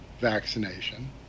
vaccination